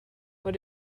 what